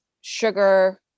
sugar